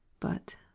but,